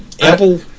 Apple